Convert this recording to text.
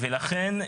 ולכן,